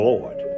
Lord